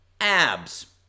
abs